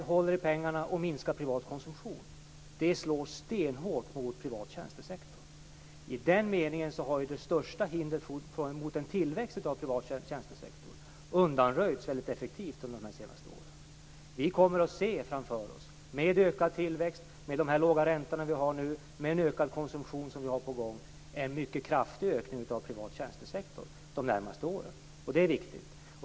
Man håller i pengarna och minskar den privata konsumtionen, vilket slår stenhårt mot den privata tjänstesektorn. I den meningen har ju det största hindret mot en tillväxt av privat tjänstesektor väldigt effektivt undanröjts under de senaste åren. Med ökad tillväxt, med de låga räntor som vi nu har och med den ökade konsumtion som är på gång kan vi se framför oss en mycket kraftig ökning av den privata tjänstesektorn under de närmaste åren. Detta är viktigt.